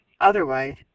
Otherwise